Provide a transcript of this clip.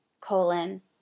colon